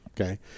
Okay